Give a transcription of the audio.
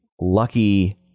lucky